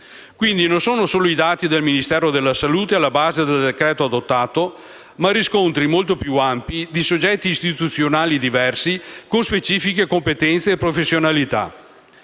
Quindi, non sono solo i dati del Ministero della salute alla base del decreto adottato, ma riscontri molto più ampi di soggetti istituzionali diversi, con specifiche competenze e professionalità.